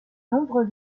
nombreux